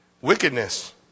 Wickedness